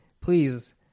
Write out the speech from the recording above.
please